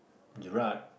Gerrard